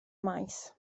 maes